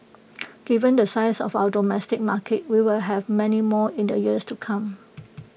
given the size of our domestic market we will have many more in the years to come